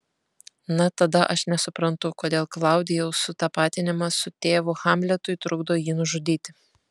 na tada aš nesuprantu kodėl klaudijaus sutapatinimas su tėvu hamletui trukdo jį nužudyti